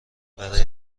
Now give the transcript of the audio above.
برای